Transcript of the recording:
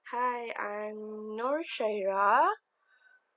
hi I'm nur shahira